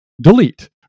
delete